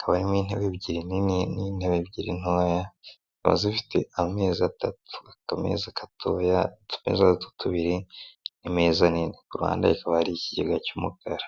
habamo intebe ebyiri nini n'intebe ebyiri ntoya, zikaba zifite ameza atatu akameza gatoya utumeza tubiri n'imeza nini ku ruhande hakaba hari ikigega cy'umukara.